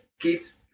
kids